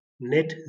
net